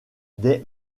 des